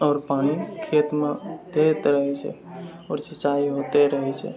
आओर पानि खेतमे दैत रहय छै आओर सिँचाइ होइते रहय छै